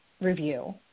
review